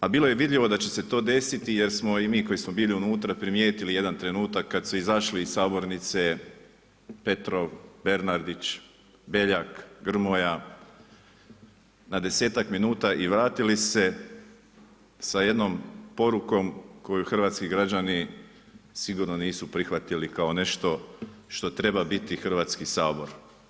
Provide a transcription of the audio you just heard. A bilo je vidljivo da će se to desiti, jer smo i mi koji smo bili unutra primijetili jedan trenutak, kad su izašli iz sabornice Petrov, Bernardić, Beljak, Grmoja, na 10-tak minuta i vratili se sa jednom porukom koju hrvatski građani sigurno nisu prihvatili kao nešto što treba biti Hrvatski sabor.